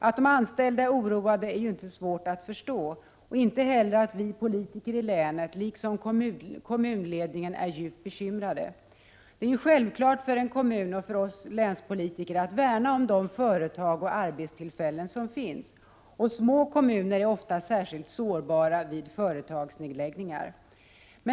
Att de anställda är oroade är inte svårt att förstå, inte heller att vi politiker i länet liksom de som sitter i kommunledningen är djupt bekymrade. Det är självklart för en kommun och för oss länspolitiker att värna de företag och arbetstillfällen som finns. Små kommuner är ofta särskilt sårbara vid företagsnedläggningar.